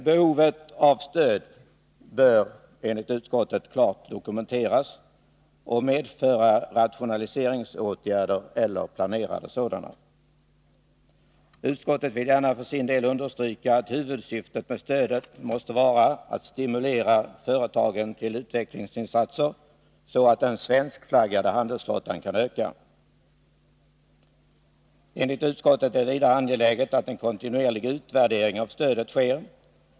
Behovet av stöd bör enligt utskottet klart dokumenteras och medföra rationaliseringsåtgärder eller planerade sådana. Utskottet vill för sin del understryka att huvudsyftet med stödet måste vara att stimulera företagen till utvecklingsinsatser, så att den svenskflaggade handelsflottan kan öka. Enligt utskottet är det vidare angeläget att en kontinuerlig utvärdering av stödet sker.